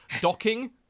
docking